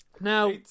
now